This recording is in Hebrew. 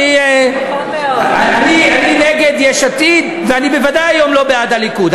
אני נגד יש עתיד ואני בוודאי היום לא בעד הליכוד.